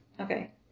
Okay